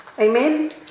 Amen